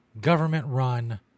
government-run